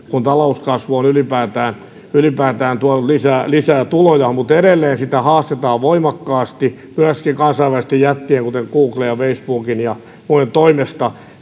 kun talouskasvu on ylipäätään ylipäätään tuonut lisää lisää tuloja mutta edelleen sitä haastetaan voimakkaasti myöskin kansainvälisten jättien kuten googlen ja facebookin ja muiden toimesta